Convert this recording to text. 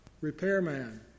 repairman